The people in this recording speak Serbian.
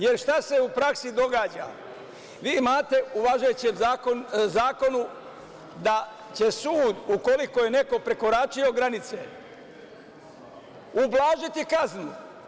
Jer, šta se u praksi događa, vi imate u važećem zakonu da će sud, ukoliko je neko prekoračio granice, ublažiti kaznu.